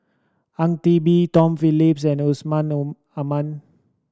Ang Teck Bee Tom Phillips and Yusman Aman